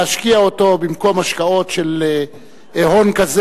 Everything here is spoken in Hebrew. להשקיע אותם במקום השקעות של הון כזה